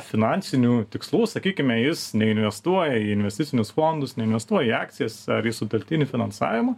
finansinių tikslų sakykime jis neinvestuoja į investicinius fondus neinvestuoja į akcijas ar į sutartinį finansavimą